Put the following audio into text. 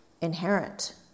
inherent